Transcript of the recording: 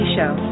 Show